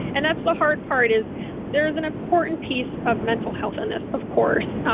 and that's the hard part is there is an important piece of mental health in this. of course,